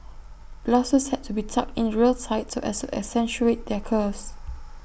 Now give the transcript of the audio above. blouses had to be tucked in real tight so as accentuate their curves